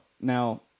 now